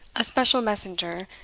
a special messenger,